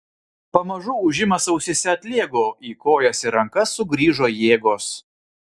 pamažu ūžimas ausyse atlėgo į kojas ir rankas sugrįžo jėgos